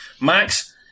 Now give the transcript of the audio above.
Max